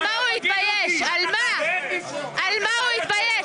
על מה הוא יתבייש?